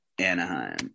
anaheim